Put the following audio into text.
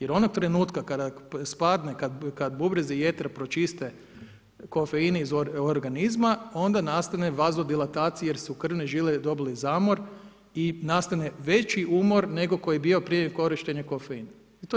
Jer onog trenutka, kada spadne, kada bubrezi jetra pročiste kofein iz organizma, onda nastane vazodilatacija jer su krvne žile dobile zamor i nastaje veći umor, nego koji je bio prije korištena kofeina.